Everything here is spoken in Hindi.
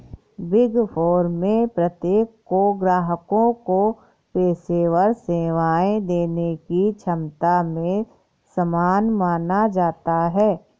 बिग फोर में प्रत्येक को ग्राहकों को पेशेवर सेवाएं देने की क्षमता में समान माना जाता है